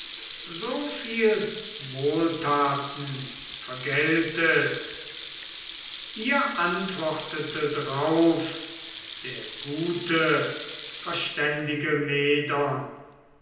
so viel wohltaten vergeltet ihr antwortete drauf der gute verständige medon